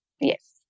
Yes